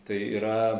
tai yra